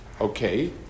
okay